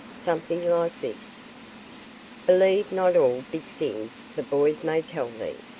something like this believe not all big things that boys may tell thee,